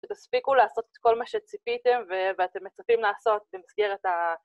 שתספיקו לעשות את כל מה שציפיתם ואתם מצפים לעשות במסגרת ה...